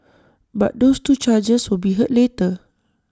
but those two charges will be heard later